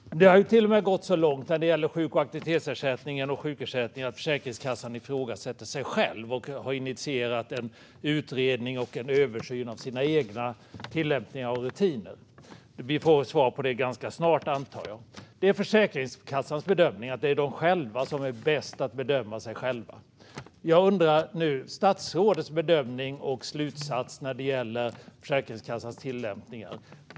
När det gäller sjuk och aktivitetsersättningen har det till och med gått så långt att Försäkringskassan ifrågasätter sig själv och har initierat en utredning och en översyn av sina egna tillämpningar och rutiner. Vi får ganska snart svar, antar jag. Det är Försäkringskassans bedömning att de själva är bäst på att bedöma sig själva. Jag undrar nu över statsrådets bedömning och slutsats när det gäller Försäkringskassans tillämpningar.